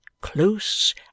close